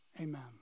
amen